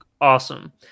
awesome